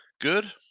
good